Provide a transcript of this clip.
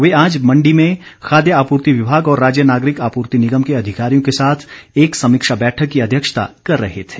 वे आज मंडी में खाद्य आपूर्ति विभाग और राज्य नागरिक आपूर्ति निगम के अधिकारियों के साथ एक समीक्षा बैठक की अध्यक्षता कर रहे थे